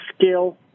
skill